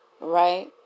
right